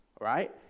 Right